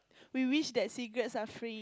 we wish that cigarettes are free